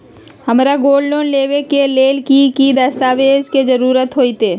हमरा gold loan लेबे के लेल कि कि दस्ताबेज के जरूरत होयेत?